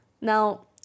now